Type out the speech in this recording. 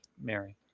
Mary